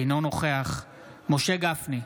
אינו נוכח משה גפני,